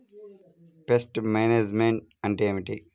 Pest management అంటే ఏమిటి?